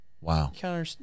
Wow